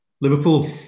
Liverpool